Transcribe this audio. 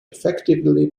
effectively